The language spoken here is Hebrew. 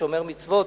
שומר מצוות,